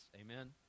Amen